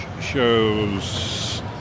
shows